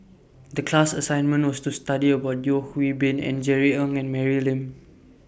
The class assignment was to study about Yeo Hwee Bin and Jerry Ng and Mary Lim